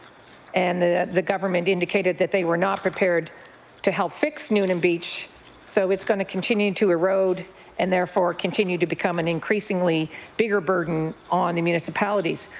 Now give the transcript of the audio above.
and the the government indicated that they were not prepared to help fix the and and beach so it's going to continue to erode and therefore continue to become an increasingly bigger burden on the municipalities,